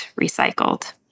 recycled